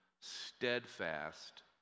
steadfast